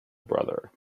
brother